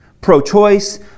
pro-choice